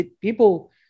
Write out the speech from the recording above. people